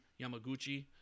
yamaguchi